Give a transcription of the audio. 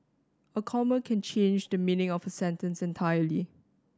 a comma can change the meaning of a sentence entirely